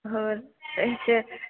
ਹੋਰ